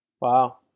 Wow